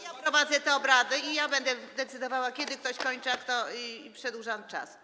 Ja prowadzę te obrady i ja będę decydowała, kiedy ktoś kończy, a komu przedłużam czas.